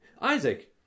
Isaac